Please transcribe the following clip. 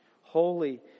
holy